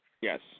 Yes